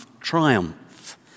triumph